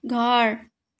ঘৰ